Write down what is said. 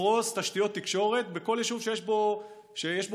לפרוס תשתיות תקשורת בכל יישוב שיש בו ביקוש.